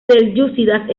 selyúcidas